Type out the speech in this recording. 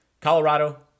Colorado